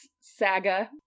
saga